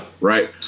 Right